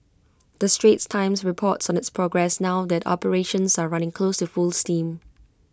the straits times reports on its progress now that operations are running close to full steam